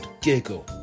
giggle